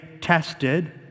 tested